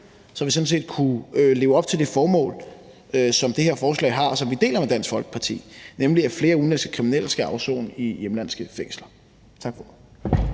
så vi sådan set kunne leve op til det formål, som det her forslag har, og som vi deler med Dansk Folkeparti, nemlig at flere udenlandske kriminelle skal afsone i hjemlandets fængsler. Tak for